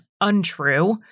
untrue